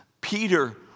Peter